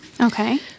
Okay